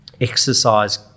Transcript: exercise